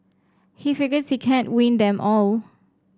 he figures he can't win them all